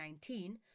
2019